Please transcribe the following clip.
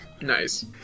Nice